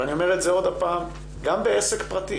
ואני אומר את זה עוד הפעם גם עסק פרטי.